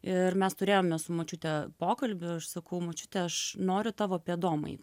ir mes turėjome su močiute pokalbį ir aš sakau močiute aš noriu tavo pėdom eit